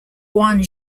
guan